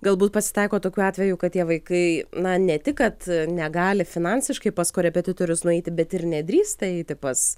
galbūt pasitaiko tokių atvejų kad tie vaikai na ne tik kad negali finansiškai pas korepetitorius nueiti bet ir nedrįsta eiti pas